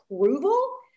approval